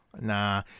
Nah